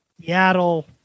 Seattle